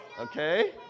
okay